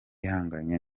ihanganye